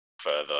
further